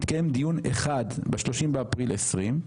התקיים דיון אחד ב-30 באפריל 20',